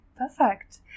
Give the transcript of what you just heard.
Perfect